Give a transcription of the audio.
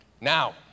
now